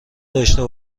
داشته